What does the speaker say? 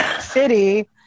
city